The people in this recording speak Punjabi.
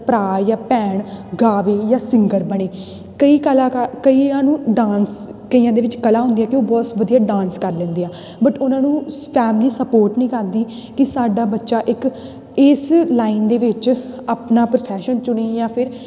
ਭਰਾ ਜਾਂ ਭੈਣ ਗਾਵੇ ਜਾਂ ਸਿੰਗਰ ਬਣੇ ਕਈ ਕਲਾਕਾਰ ਕਈਆਂ ਨੂੰ ਡਾਂਸ ਕਈਆਂ ਦੇ ਵਿੱਚ ਕਲਾ ਹੁੰਦੀਆਂ ਹੈ ਕਿ ਉਹ ਬਹੁਤ ਵਧੀਆ ਡਾਂਸ ਕਰ ਲੈਂਦੇ ਆ ਬਟ ਉਹਨਾਂ ਨੂੰ ਸ ਫੈਮਲੀ ਸਪੋਰਟ ਨਹੀਂ ਕਰਦੀ ਕਿ ਸਾਡਾ ਬੱਚਾ ਇੱਕ ਇਸ ਲਾਈਨ ਦੇ ਵਿੱਚ ਆਪਣਾ ਪ੍ਰੋਫੈਸ਼ਨ ਚੁਣੇ ਜਾਂ ਫਿਰ